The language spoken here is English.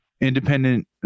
independent